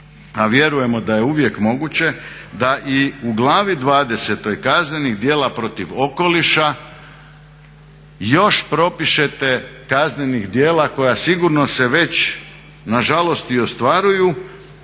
a vjerujemo da je uvijek moguće, da i u glavi 20. kaznenih djela protiv okoliša još propišete kaznenih djela koja sigurno se već nažalost i ostvaruju,